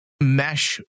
mesh